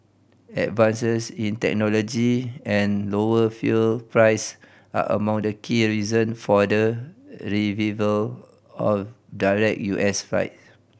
advances in technology and lower fuel price are among the key reason for the revival of direct U S flight